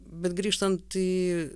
bet grįžtant į